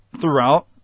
throughout